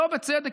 שלא בצדק,